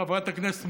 חברת הכנסת מועלם,